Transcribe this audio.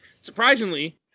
surprisingly